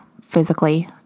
physically